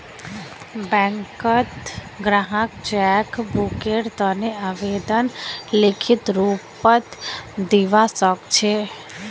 बैंकत ग्राहक चेक बुकेर तने आवेदन लिखित रूपत दिवा सकछे